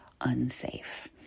unsafe